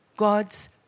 God's